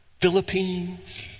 philippines